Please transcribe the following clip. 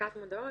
הדבקת מודעות,